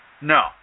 No